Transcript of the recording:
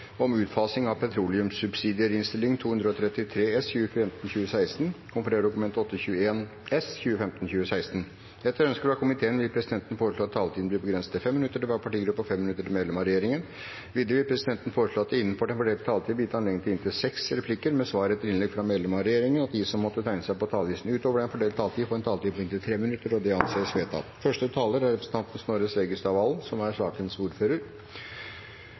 minutter til hver partigruppe og 5 minutter til medlem av regjeringen. Videre vil presidenten foreslå at det blir gitt anledning til inntil seks replikker med svar etter innlegg fra medlem av regjeringen innenfor den fordelte taletid, og at de som måtte tegne seg på talerlisten utover den fordelte taletid, får en taletid på inntil 3 minutter. – Det anses vedtatt. Bakgrunnen for denne innstillingen er